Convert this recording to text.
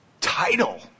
title